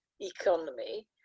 economy